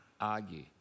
argue